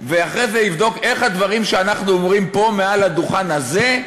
ואחרי זה יבדוק איך הדברים שאנחנו אומרים פה מעל הדוכן הזה,